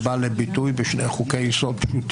וכדי להגיע לאותה הסכמה רחבה שאתה מדבר עליה של הרבה מאוד